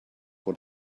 what